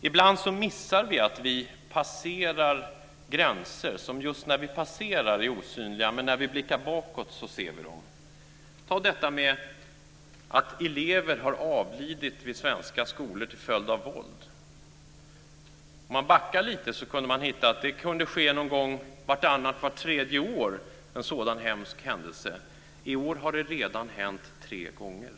Ibland missar vi att vi passerar gränser som just när vi passerar dem är osynliga. Men när vi blickar bakåt ser vi dem. Ta detta med att elever har avlidit vid svenska skolor till följd av våld. Om man backar lite kan man se att en sådan hemsk händelse kunde ske vartannat eller vart tredje år. I år har det redan hänt tre gånger.